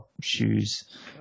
shoes